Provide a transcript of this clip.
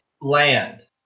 land